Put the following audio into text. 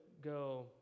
go